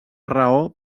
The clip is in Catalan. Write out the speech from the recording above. raó